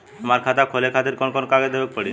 हमार खाता खोले खातिर कौन कौन कागज देवे के पड़ी?